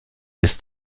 ist